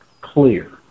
clear